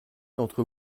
d’entre